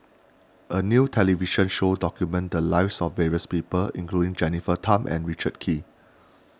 a new television show documented the lives of various people including Jennifer Tham and Richard Kee